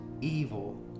evil